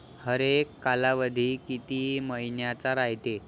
हरेक कालावधी किती मइन्याचा रायते?